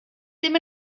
ddim